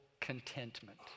contentment